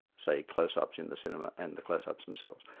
say, close-ups in the cinema, and the close-ups themselves.